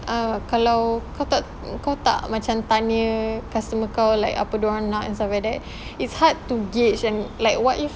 uh kalau kau tak kau tak macam tanya customer kau like apa dorang nak and stuff like that it's hard to gauge and like what if